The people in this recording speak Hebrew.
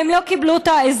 והם לא קיבלו את העזרה.